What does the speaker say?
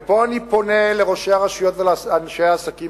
ופה אני פונה לראשי הרשויות ולאנשי העסקים,